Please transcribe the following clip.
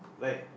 right